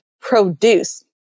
produce